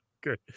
Good